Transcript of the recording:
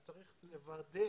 צריך לוודא